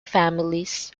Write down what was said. families